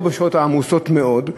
לא בשעות העמוסות מאוד.